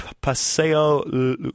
Paseo